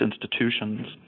institutions